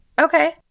Okay